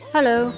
Hello